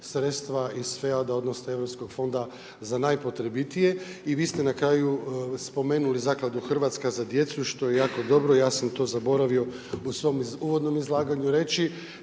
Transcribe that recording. sredstva iz FEAD odnosno Europskog fonda za najpotrebitije i vi ste na kraju spomenuli Zakladu Hrvatska za djecu što je jako dobro, ja sam to zaboravio u svom uvodnom izlaganju reći,